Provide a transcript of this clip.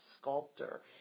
sculptor